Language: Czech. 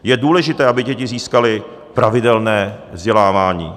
Je důležité, aby děti získaly pravidelné vzdělávání.